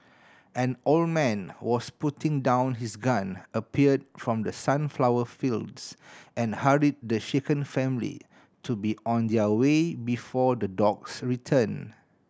an old man was putting down his gun appeared from the sunflower fields and hurried the shaken family to be on their way before the dogs return